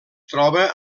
troba